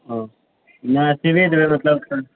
ओ नहि सिबए देबै मतलब